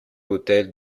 autel